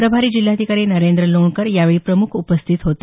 प्रभारी जिल्हाधिकारी नरेंद्र लोणकर यावेळी प्रमुख उपस्थित होते